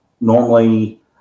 normally